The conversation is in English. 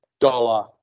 Dollar